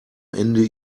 ende